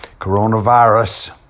coronavirus